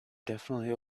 definitely